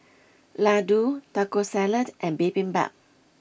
Ladoo Taco Salad and Bibimbap